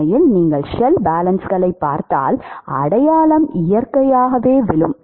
உண்மையில் நீங்கள் ஷெல் பேலன்ஸ்களைப் பார்த்தால் அடையாளம் இயற்கையாகவே விழும்